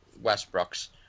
Westbrook's